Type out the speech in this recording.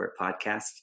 podcast